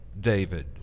David